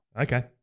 Okay